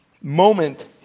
moment